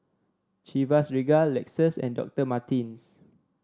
Chivas Regal Lexus and Doctor Martens